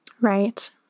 Right